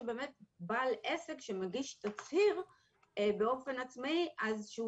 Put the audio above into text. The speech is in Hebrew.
שבאמת בעל עסק שמגיש תצהיר באופן עצמאי אז שהוא